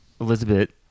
Elizabeth